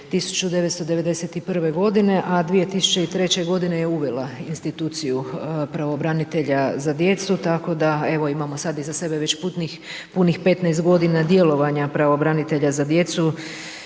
1991.g., a 2003.g. je uvela instituciju pravobranitelja za djecu, tako da evo imamo sad iza sebe već punih 15.g. djelovanja pravobranitelja za djecu,